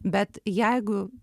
bet jeigu